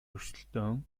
өрсөлдөөн